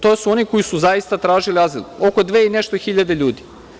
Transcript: To su oni koji su zaista tražili azil, oko dve i nešto hiljade ljudi.